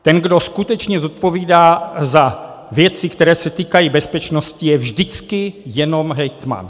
Ten, kdo skutečně zodpovídá za věci, které se týkají bezpečnosti, je vždycky jenom hejtman.